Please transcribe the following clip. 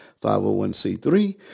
501c3